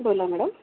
बोला मॅडम